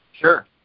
Sure